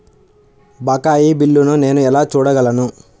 బకాయి బిల్లును నేను ఎలా చూడగలను?